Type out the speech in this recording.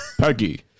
Peggy